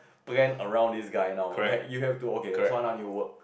planned around this guy now like you have to okay so now I need to work